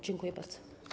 Dziękuję bardzo.